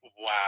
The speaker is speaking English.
wow